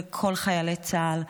לכל חיילי בצה"ל,